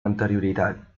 anterioritat